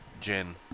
Jen